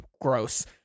gross